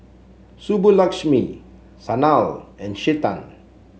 Subbulakshmi Sanal and Chetan